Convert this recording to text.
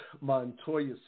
Montoya